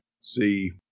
see